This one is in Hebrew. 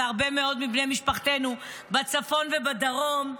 והרבה מאוד מבני משפחתנו בצפון ובדרום,